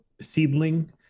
seedling